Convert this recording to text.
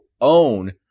own